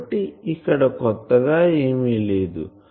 కాబట్టి ఇక్కడ కొత్తగా ఏమి లేదు